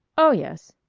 oh, yes.